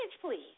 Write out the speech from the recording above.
please